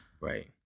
right